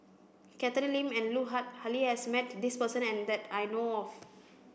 Catherine Lim and Lut Ali has met this person that I know of